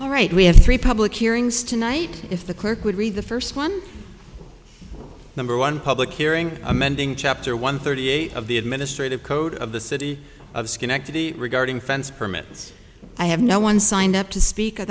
all right we have three public hearings tonight if the clerk would read the first one number one public hearing amending chapter one thirty eight of the administrative code of the city of schenectady regarding fence permits i have no one signed up to speak o